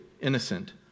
innocent